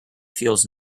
feels